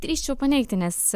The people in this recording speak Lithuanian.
drįsčiau paneigti nes